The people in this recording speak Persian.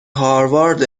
هاروارد